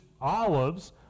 olives